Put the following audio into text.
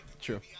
true